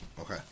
Okay